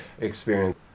experience